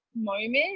moment